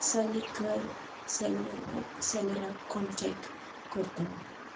सलेकर seller सॅलराक contact करता